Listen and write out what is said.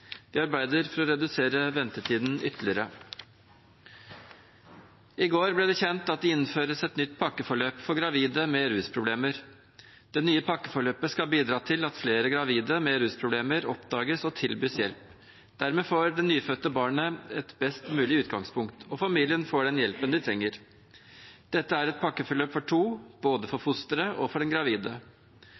arbeider for å redusere ventetiden ytterligere. I går ble det kjent at det innføres et nytt pakkeforløp for gravide med rusproblemer. Det nye pakkeforløpet skal bidra til at flere gravide med rusproblemer oppdages og tilbys hjelp. Dermed får det nyfødte barnet et best mulig utgangspunkt, og familien får den hjelpen de trenger. Dette er et pakkeforløp for to – for både fosteret og den gravide.